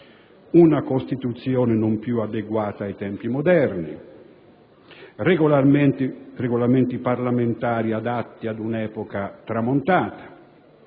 una Costituzione non più adeguata ai tempi moderni; Regolamenti parlamentari adatti ad un'epoca tramontata;